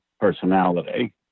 personality